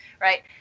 right